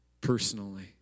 personally